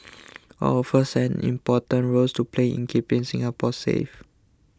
all of us an important roles to play in keeping Singapore safe